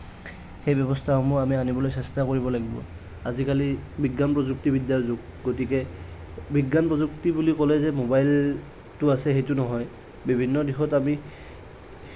সেই ব্যৱস্থাসমূহ আমি আনিবলৈ চেষ্টা কৰিব লাগিব আজিকালি বিজ্ঞান প্ৰযুক্তিবিদ্যাৰ যুগ গতিকে বিজ্ঞান প্ৰযুক্তি বুলি ক'লে যে মোবাইলটো আছে তেনে নহয় বিভিন্ন দিশত আমি